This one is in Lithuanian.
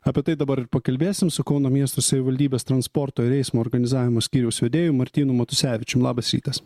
apie tai dabar ir pakalbėsim su kauno miesto savivaldybės transporto ir eismo organizavimo skyriaus vedėju martynu matusevičium labas rytas